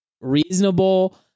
reasonable